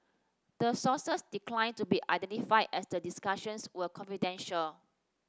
the sources declined to be identified as the discussions were confidential